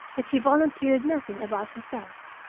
yet she volunteered nothing about herself.